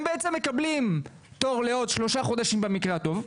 הם בעצם מקבלים תור לעוד שלושה חודשים במקרה הטוב.